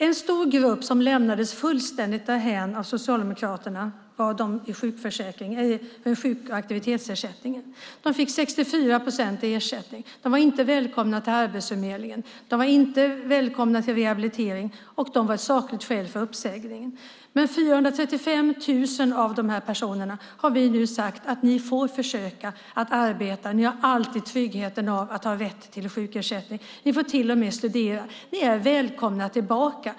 En stor grupp som lämnades helt därhän av Socialdemokraterna var de i sjuk och aktivitetsersättning. De fick 64 procent i ersättning. De var inte välkomna till Arbetsförmedlingen. De var inte välkomna till rehabilitering, och de var sakligt skäl till uppsägning. Vi har nu sagt att 435 000 av dem får försöka arbeta. De har alltid tryggheten av att ha rätt till sjukförsäkring. De får till och med studera. De är välkomna tillbaka.